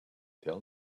tell